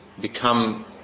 become